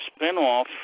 spinoff